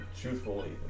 truthfully